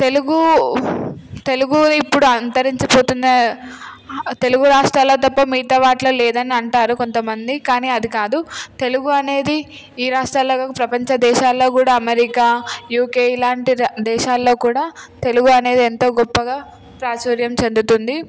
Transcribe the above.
తెలుగు తెలుగు ఇప్పుడు అంతరించిపోతున్న తెలుగు రాష్ట్రాల తప్ప మిగతా వాటిలో లేదని అంటారు కొంతమంది కానీ అది కాదు తెలుగు అనేది ఈ రాష్ట్రాలకు ప్రపంచ దేశాల్లో కూడా అమెరికా యూకే ఇలాంటి దేశాల్లో కూడా తెలుగు అనేది ఎంతో గొప్పగా ప్రాచుర్యం చెందుతుంది